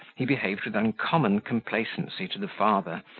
he behaved with uncommon complacency to the father,